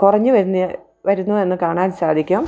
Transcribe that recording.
കുറഞ്ഞു വരുന്നു വരുന്നു എന്ന് കാണാൻ സാധിക്കും